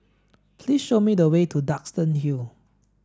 please show me the way to Duxton Hill